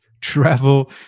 travel